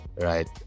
Right